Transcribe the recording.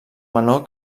menor